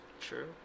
True